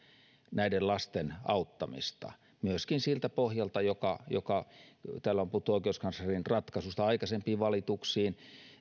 näiden lasten auttamista myöskin siltä pohjalta joka joka täällä on puhuttu oikeuskanslerin ratkaisusta aikaisempiin valituksiin